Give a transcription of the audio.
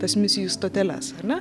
tas misijų stoteles ar ne